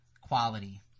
quality